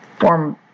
form